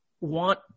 want